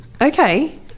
Okay